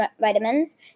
vitamins